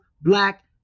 black